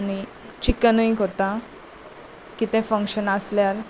आनी चिकनूय करता कितें फंक्शन आसल्यार